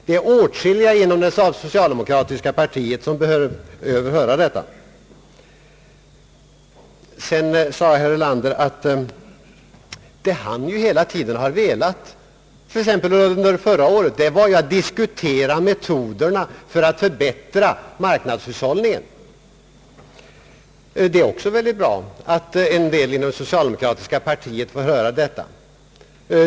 Det är åtskilliga inom det socialdemokratiska partiet som behöver höra detta. Sedan säger herr Erlander att han under förra året hela tiden velat diskutera metoderna att förbättra marknads hushållningen. Det är bra att en del inom socialdemokratiska partiet får höra också detta.